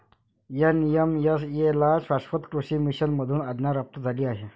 NMSA ला शाश्वत कृषी मिशन मधून आज्ञा प्राप्त झाली आहे